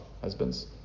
husbands